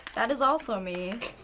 that is also me.